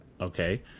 Okay